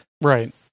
Right